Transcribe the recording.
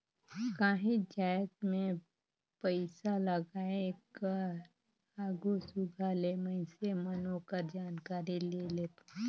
काहींच जाएत में पइसालगाए कर आघु सुग्घर ले मइनसे मन ओकर जानकारी ले लेहें